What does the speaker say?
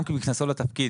בהיכנסו לתפקיד,